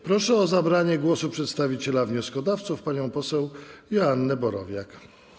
Proszę o zabranie głosu przedstawiciela wnioskodawców panią poseł Joannę Borowiak.